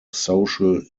social